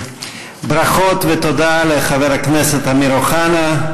ברכות ותודה לחבר הכנסת אמיר אוחנה.